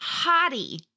hottie